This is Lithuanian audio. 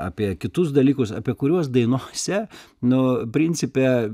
apie kitus dalykus apie kuriuos dainose nu principe